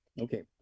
Okay